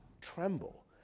tremble